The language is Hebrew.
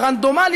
הרנדומלי,